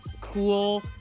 cool